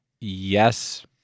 yes